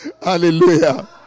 Hallelujah